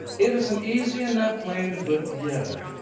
it is an easy enough plan to put together.